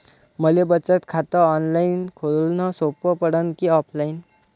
मले बचत खात ऑनलाईन खोलन सोपं पडन की ऑफलाईन?